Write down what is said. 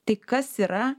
tai kas yra